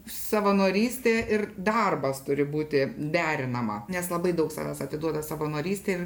savanorystė ir darbas turi būti derinama nes labai daug savęs atiduoda savanorystei ir